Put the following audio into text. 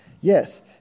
Yes